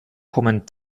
kommen